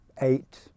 eight